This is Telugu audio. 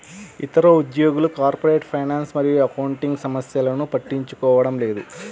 ఇతర ఉద్యోగులు కార్పొరేట్ ఫైనాన్స్ మరియు అకౌంటింగ్ సమస్యలను పట్టించుకోవడం లేదు